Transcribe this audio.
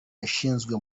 yashinzwe